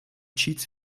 cheats